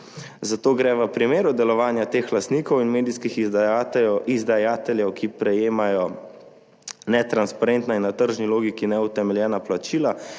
Zato gre v primeru delovanja teh lastnikov in medijskih izdajateljev, ki prejemajo netransparentna in na tržni logiki neutemeljena plačila,